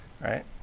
Right